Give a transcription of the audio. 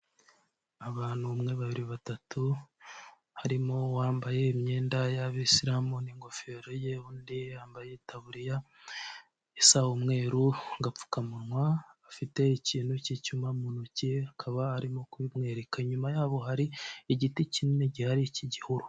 Abantu umwe, babiri, batatu harimo uwambaye imyenda y'abayisilamu n'ingofero ye undi yambaye itaburiya isa umweru nagapfukamunwa afite ikintu cy'icyuma mu ntoki akaba arimo kubimwereka nyuma yaho hari igiti kinini gihari cy'igihuru.